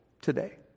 today